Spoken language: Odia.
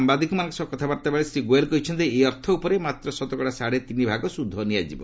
ନ୍ତଆଦିଲ୍ଲୀରେ ସାମ୍ବାଦିକମାନଙ୍କ ସହ କଥାବାର୍ତ୍ତା ବେଳେ ଶ୍ରୀ ଗୋୟଲ୍ କହିଛନ୍ତି ଏହି ଅର୍ଥ ଉପରେ ମାତ୍ର ଶତକଡ଼ା ସାଢ଼େ ତିନି ଭାଗ ସ୍ୱଧ ନିଆଯିବ